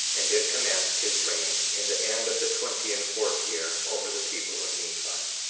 and did commence his reign in the end of the twenty and fourth year, over the people of nephi.